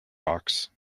rocks